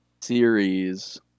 series